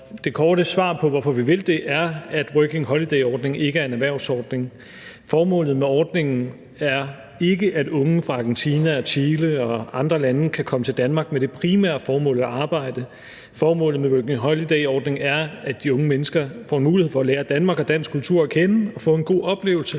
det korte svar på, hvorfor vi vil det, er, at Working Holiday-ordningen ikke er en erhvervsordning. Formålet med ordningen er ikke, at unge fra Argentina og Chile og andre lande kan komme til Danmark med det primære formål at arbejde, formålet med Working Holiday-ordningen er, at de unge mennesker får en mulighed for at lære Danmark og dansk kultur at kende, får en god oplevelse